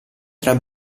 tra